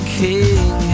king